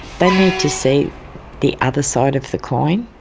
they need to see the other side of the coin.